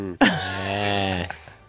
Yes